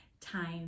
time